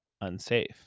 unsafe